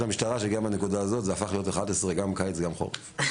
המשטרה שגם בנקודה הזאת זה הפך להיות 11:00 גם בקיץ וגם בחורף.